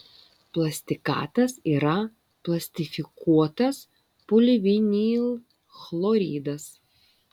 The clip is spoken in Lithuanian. plastikatas yra plastifikuotas polivinilchloridas